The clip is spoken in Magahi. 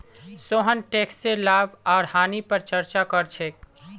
सोहन टैकसेर लाभ आर हानि पर चर्चा कर छेक